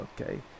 Okay